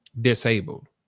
disabled